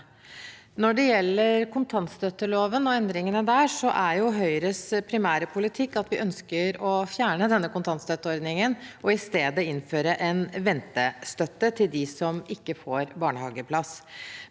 Når det gjelder kontantstøtteloven og endringene der, er Høyres primære politikk at vi ønsker å fjerne denne kontantstøtteordningen og i stedet innføre en ventestøtte til dem som ikke får barnehageplass.